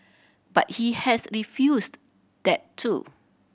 but he has refused that too